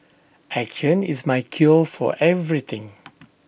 action is my cure for everything